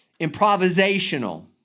improvisational